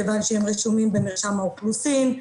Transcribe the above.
כיוון שהם רשומים במרשם האוכלוסין,